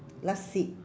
last seat